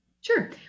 Sure